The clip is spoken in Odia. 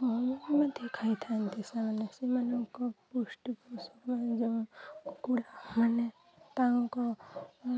କମ୍ ମଧ୍ୟ ଖାଇଥାନ୍ତି ସେମାନେ ସେମାନଙ୍କ ପୃଷ୍ଟି ପୋଷକମାନେ ଯେଉ କୁକୁଡ଼ା ମାନେ ତାଙ୍କ